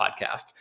podcast